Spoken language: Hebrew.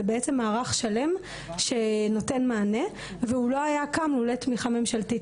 זה בעצם מערך שלם שנותן מענה והוא לא היה קם לולא תמיכה ממשלתית,